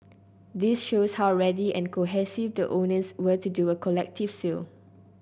this shows how ready and cohesive the owners were to do a collective sale